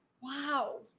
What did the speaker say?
Wow